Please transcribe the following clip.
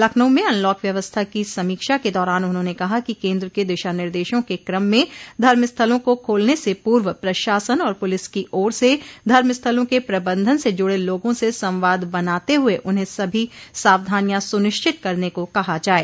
लखनऊ में अनलॉक व्यवस्था की समीक्षा के दौरान उन्होंने कहा कि केन्द्र के दिशा निर्देशों के क्रम में धर्मस्थलों को खोलने से पूर्व प्रशासन और पुलिस की ओर से धर्मस्थलों के प्रबन्धन से जुड़े लोगों से संवाद बनाते हुए उन्हें सभी सावधानियां सुनिश्चित करने को कहा जाये